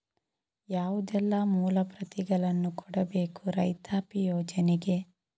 ಯಾವುದೆಲ್ಲ ಮೂಲ ಪ್ರತಿಗಳನ್ನು ಕೊಡಬೇಕು ರೈತಾಪಿ ಯೋಜನೆಗೆ?